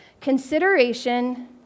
Consideration